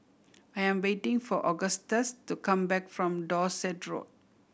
I am waiting for Augustus to come back from Dorset Road